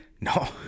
No